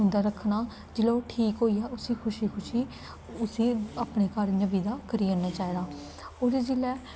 उं'दा रक्खना जेल्लै ओह् ठीक होई आ उस्सी खुशी खुशी उस्सी अपने घर दां विदा करी ओड़ना चाहिदा ओह्दे जिल्लै